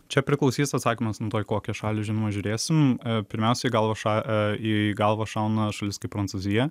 čia priklausys atsakymas nuo to į kokią šalį žinoma žiūrėsim pirmiausiai galvą į galvą šauna šalis kaip prancūzija